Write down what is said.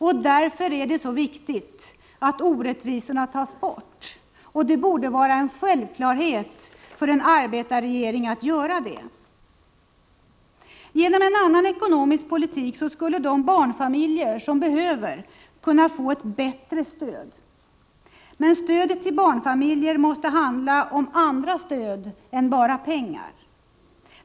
Det är därför det är så viktigt att orättvisorna tas bort. Det borde vara en självklarhet för en arbetarregering att göra det. Genom en annan ekonomisk politik skulle också de barnfamiljer som behöver kunna få ett bättre stöd. Men stödet till barnfamiljerna måste handla om annat än bara pengar.